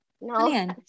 No